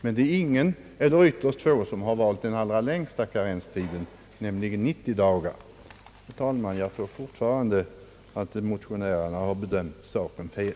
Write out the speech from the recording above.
Men det är ingen eller ytterst få som har valt den längsta karenstiden, nämligen 90 dagar. Herr talman! Jag tror fortfarande, att motionärerna har bedömt saken fel.